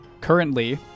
currently